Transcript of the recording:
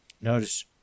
notice